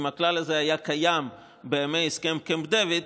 אם הכלל הזה היה קיים בימי הסכם קמפ דייוויד,